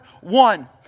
one